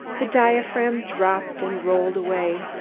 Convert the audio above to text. the diaphragm dropped and rolled away.